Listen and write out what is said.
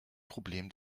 problem